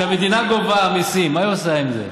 כשהמדינה גובה מיסים, מה היא עושה עם זה?